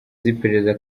z’iperereza